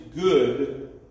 good